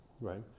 right